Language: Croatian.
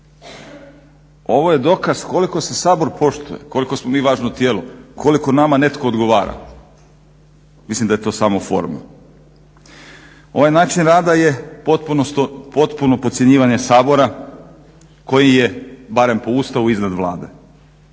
Ovo je dokaz koliko se Sabor poštuje, koliko smo mi važno tijelo, koliko nama netko odgovara. Mislim da je to samo forma. Ovaj način rada je potpuno potcjenjivanje Sabora koji je barem po Ustavu iznad Vlade.